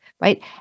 right